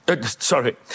Sorry